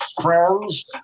friends